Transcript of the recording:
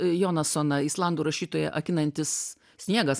jonasoną islandų rašytoją akinantis sniegas